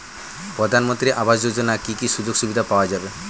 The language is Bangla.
প্রধানমন্ত্রী আবাস যোজনা কি কি সুযোগ সুবিধা পাওয়া যাবে?